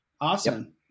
Awesome